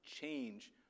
Change